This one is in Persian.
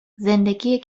زندگی